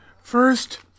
first